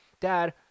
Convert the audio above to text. Dad